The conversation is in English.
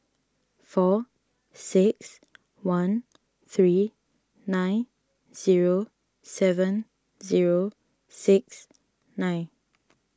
four six one three nine zero seven zero six nine